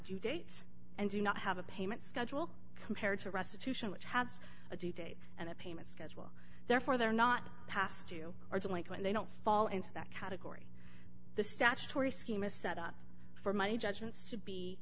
due date and do not have a payment schedule compared to restitution which has a d date and a payment schedule therefore they are not passed you are going to and they don't fall into that category the statutory scheme is set up for my judgments to be